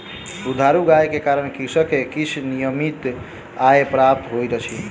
दुधारू गाय के कारण कृषक के किछ नियमित आय प्राप्त होइत अछि